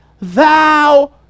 thou